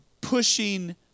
pushing